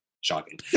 Shocking